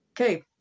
Okay